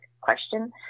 question